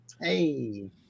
hey